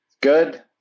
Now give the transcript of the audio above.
good